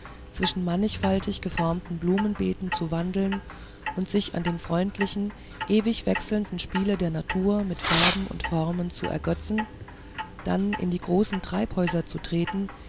zwischen mannigfaltig geformten blumenbeeten zu wandeln und sich an dem freundlichen ewig wechselnden spiele der natur mit farben und formen zu ergötzen dann in die großen treibhäuser zu treten